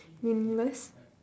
meaningless